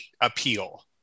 appeal